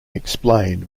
explained